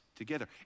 together